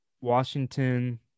Washington